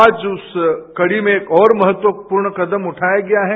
आज उस कड़ी में और महत्वपूर्णकदम उठाया गया है